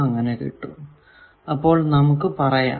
അങ്ങനെ കിട്ടും അപ്പോൾ നമുക്ക് പറയാം